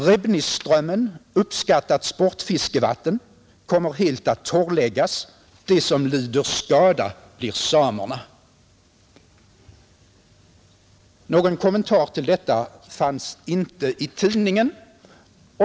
——— Repnis-strömmen — ett uppskattat sportfiskevatten — kommer helt att torrläggas. De som lider skada blir samerna.” Någon kommentar till detta fanns inte i tidningen.